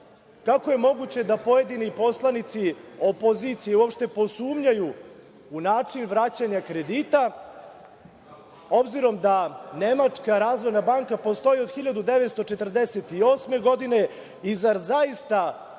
kako je moguće da pojedini poslanici opozicije uopšte posumnjaju u način vraćanja kredita, obzirom da Nemačka razvojna banka postoji od 1948. godine? Zar zaista